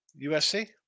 USC